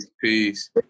peace